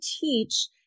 teach